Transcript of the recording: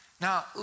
Now